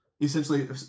essentially